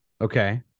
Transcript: Okay